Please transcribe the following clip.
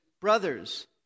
brothers